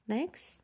Next